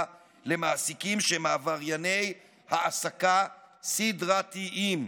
למעסיקים שהם עברייני העסקה סדרתיים,